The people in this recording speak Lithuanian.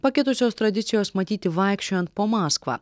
pakitusios tradicijos matyti vaikščiojant po maskvą